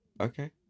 Okay